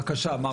בבקשה מר